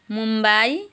Mumbai